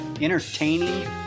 entertaining